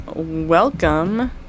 Welcome